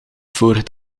voor